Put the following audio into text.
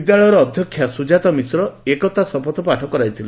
ବିଦ୍ୟାଳୟର ଅଧ୍ଧକ୍ଷା ସୁଜାତା ମିଶ୍ର ଏକତା ଶପଥ ପାଠ କରାଇଥିଲେ